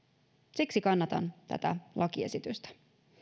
siksi kannatan tätä lakiesitystä